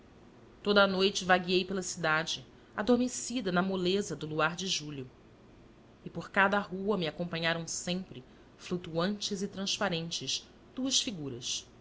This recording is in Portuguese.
a noite vagueei pela cidade adormecida na moleza do luar de julho e por cada rua me acompanharam sempre flutuantes e transparentes duas figuras